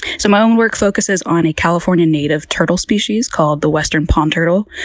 so my own work focuses on a california native turtle species called the western pond turtle.